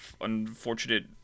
unfortunate